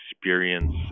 experience